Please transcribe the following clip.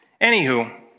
Anywho